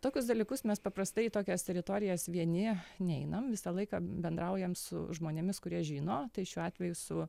tokius dalykus mes paprastai į tokias teritorijas vieni neinam visą laiką bendraujam su žmonėmis kurie žino tai šiuo atveju su